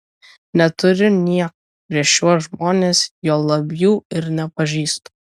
neturiu nieko prieš šiuos žmones juolab jų ir nepažįstu